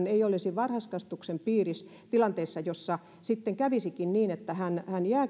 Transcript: olisi varhaiskasvatuksen piirissä tilanteessa jossa sitten kävisikin niin että hän